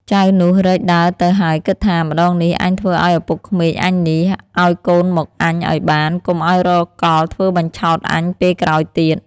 ចៅនោះរែកដើរទៅហើយគិតថា ម្តងនេះអញធ្វើឱ្យឪពុកក្មេកអញនេះ ឱ្យកូនមកអញឱ្យបាន កុំឱ្យរកកលធ្វើបញ្ឆោតអញពេលក្រោយទៀត។